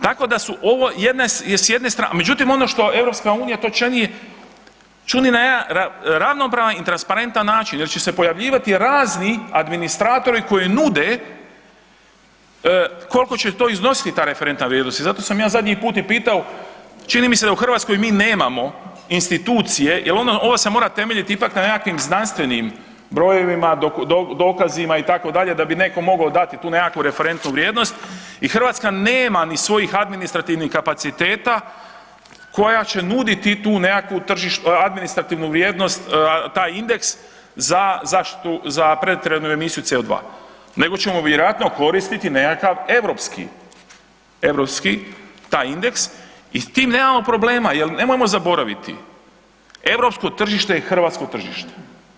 Tako da su ovo s jedne strane, međutim ono što EU, što ... ravnopravan i transparentan način jer će pojavljivati razni administratori koji nude koliko će to iznositi ta referentna vrijednost i zato sam ja zadnji put i pitao, čini mi se da u Hrvatskoj mi imamo institucije jer ovo se mora temeljiti ipak na nekakvim znanstvenim brojevima, dokazima itd., da bi neko mogao dati tu nekakvu referentnu vrijednost i Hrvatska nema ni svojih administrativnih kapaciteta koja će nuditi tu nekakvu administrativnu vrijednost, taj indeks za pretjeranu emisiju CO2 nego ćemo vjerojatno koristiti nekakav europski taj indeks i s tim nemamo problema jer nemojmo zaboraviti, europsko tržište je hrvatsko tržište.